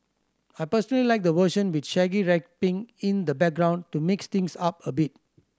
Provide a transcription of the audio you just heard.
I personally like the version with Shaggy rapping in the background to mix things up a bit